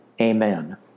Amen